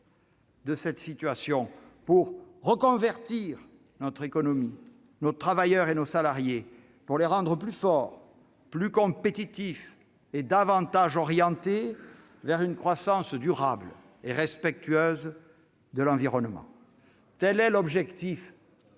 de cette situation pour reconvertir notre économie, nos travailleurs et nos salariés ; pour les rendre plus forts et plus compétitifs ; pour les orienter davantage vers une croissance durable et respectueuse de l'environnement. Tel est l'objectif